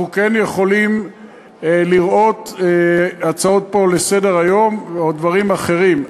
אנחנו כן יכולים לראות פה הצעות לסדר-היום או דברים אחרים,